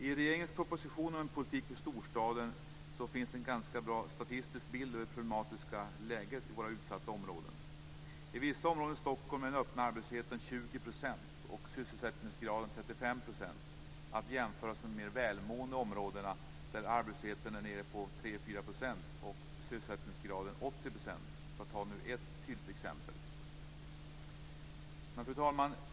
I regeringens proposition om en politik för storstaden finns en ganska bra statistisk bild över det problematiska läget i våra utsatta områden. I vissa områden i Stockholm är den öppna arbetslösheten 20 % och sysselsättningsgraden 35 %, att jämföras med de mer välmående områden där arbetslösheten är nere på 3-4 % och sysselsättningsgraden är 80 %, för att ta ett tydligt exempel. Fru talman!